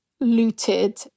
looted